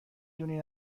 دونی